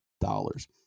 dollars